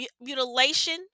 mutilation